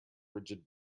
rigid